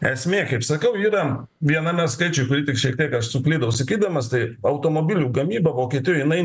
esmė kaip sakau yra viename skaičių kūrį tik šiek tiek aš suklydo sakydamas tai automobilių gamyba vokietijoj jinai